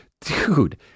dude